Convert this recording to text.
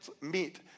meet